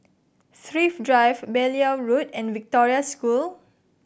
Thrift Drive Beaulieu Road and Victoria School